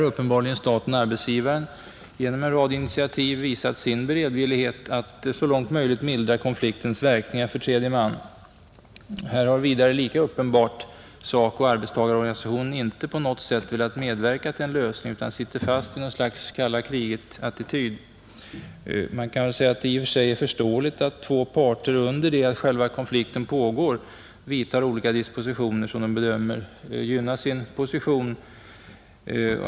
Uppenbarligen har staten—arbetsgivaren här genom en rad initiativ visat sin beredvillighet att så långt möjligt mildra konfliktens verkningar för tredje man. Här har vidare, lika uppenbart, SACO-arbetstagarorganisationen inte på något sätt velat medverka till en lösning utan sitter fast i ett slags kalla kriget-attityd. Det är i och för sig förståeligt att två parter under själva konflikten vidtar olika dispositioner, som de bedömer gynna sin egen position.